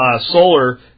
solar